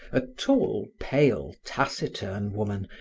a tall, pale, taciturn woman,